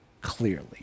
clearly